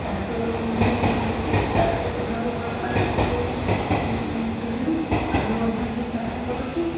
ଚାଷର ହିଁ ଚାଷ କରିବାକୁ ଭଲପାଆନ୍ତି ପୂର୍ବ ପୀଢ଼ିରୁ ଆମେ ମଧ୍ୟ ସେଇ ଚାଷ କରୁଛୁ